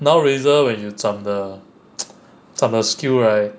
now razor when you 长的 长的 skill right